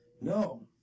No